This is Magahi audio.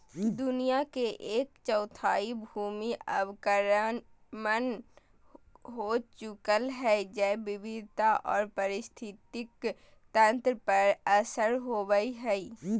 दुनिया के एक चौथाई भूमि अवक्रमण हो चुकल हई, जैव विविधता आर पारिस्थितिक तंत्र पर असर होवई हई